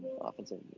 offensive